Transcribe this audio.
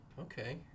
Okay